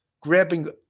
grabbing